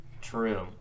True